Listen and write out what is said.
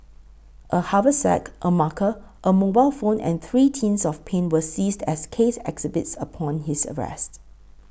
a haversack a marker a mobile phone and three tins of paint were seized as case exhibits upon his arrest